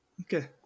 Okay